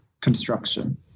construction